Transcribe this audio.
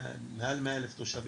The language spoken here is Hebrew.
מעל 100 אלף תושבים,